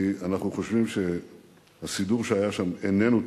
כי אנחנו חושבים שהסידור שהיה שם איננו תקין.